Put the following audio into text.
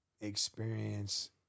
experience